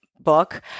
Book